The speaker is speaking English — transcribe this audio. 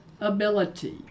ability